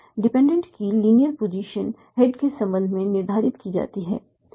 dependent की linear position head के संबंध में निर्धारित की जाती है